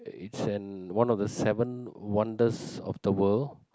it's an one of the seven wonders of the world